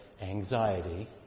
anxiety